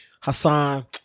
hassan